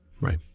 Right